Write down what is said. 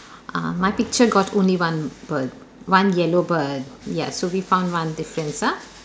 uh my picture got only one bird one yellow bird ya so we found one difference ah